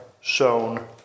shown